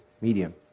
medium